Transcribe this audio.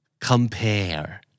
Compare